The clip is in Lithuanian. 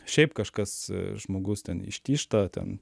šiaip kažkas žmogus ten ištyžta ten